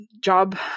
job